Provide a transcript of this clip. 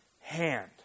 hand